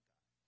God